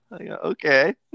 Okay